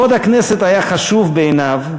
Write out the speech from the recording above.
כבוד הכנסת היה חשוב בעיניו,